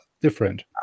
different